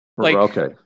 Okay